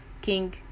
King